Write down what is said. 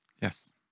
Yes